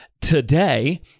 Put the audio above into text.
today